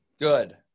Good